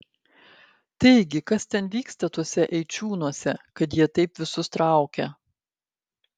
taigi kas ten vyksta tuose eičiūnuose kad jie taip visus traukia